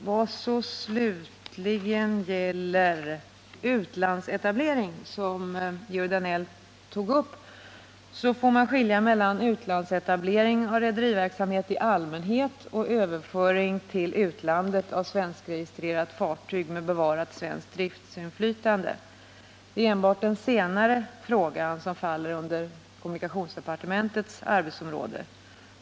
Vad så slutligen gäller frågan om utlandsetablering, som Georg Danell tog upp, får man skilja mellan utlandsetablering av rederiverksamhet i allmänhet å ena sidan och överföring till utlandet av svenskregistrerat fartyg med bevarat svenskt driftinflytande å andra sidan. Det är enbart den senare frågan som faller inom kommunikationsdepartementets arbetsområde.